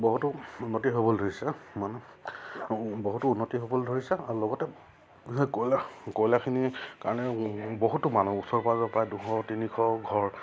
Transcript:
বহুতো উন্নতি হ'বলৈ ধৰিছে মানে আৰু বহুতো উন্নতি হ'ব ধৰিছে আৰু লগতে কয় কয়লাখনিৰ কাৰণে বহুতো মানুহ ওচৰ পাঁজৰে প্ৰায় দুশ তিনিশ ঘৰ